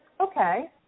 Okay